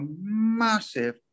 massive